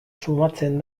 sumatzen